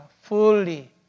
fully